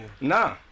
nah